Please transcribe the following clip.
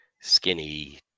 skinny